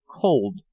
cold